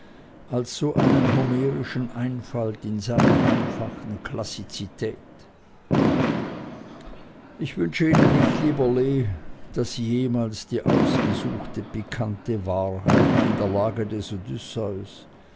s so einen homerischen einfall in seiner einfachen klassizität ich wünsche ihnen nicht lieber lee daß sie jemals die ausgesuchte pikante wahrheit in der lage des